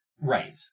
Right